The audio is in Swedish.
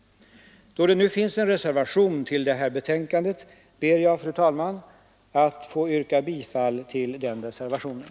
Då det nu finns en reservation till detta betänkande ber jag, fru talman, att få yrka bifall till den reservationen.